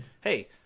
hey